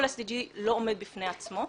כל ה-SDG לא עומד בפני עצמו,